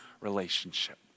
relationship